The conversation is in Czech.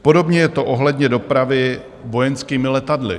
Podobně je to ohledně dopravy vojenskými letadly.